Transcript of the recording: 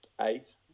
eight